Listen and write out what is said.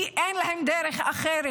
כי אין להם דרך אחרת.